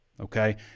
okay